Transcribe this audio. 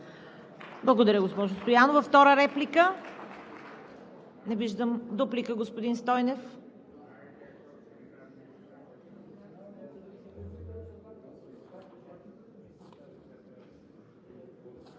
Благодаря, госпожо Стоянова. Втора реплика? Не виждам. Дуплика – господин Стойнев.